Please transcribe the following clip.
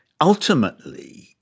Ultimately